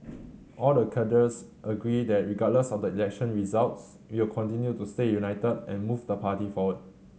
all the cadres agree that regardless of the election results we'll continue to stay united and move the party forward